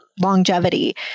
longevity